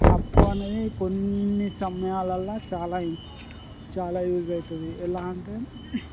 అప్పు అనేది కొన్ని సమయాలలో చాలా చాలా యూజ్ అవుతుంది ఎలా అంటే